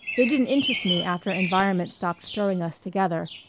they didn't interest me after environment stopped throwing us together.